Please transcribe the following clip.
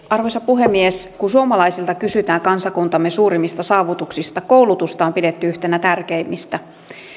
arvoisa puhemies kun suomalaisilta kysytään kansakuntamme suurimmista saavutuksista koulutusta on pidetty yhtenä tärkeimmistä